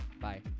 Bye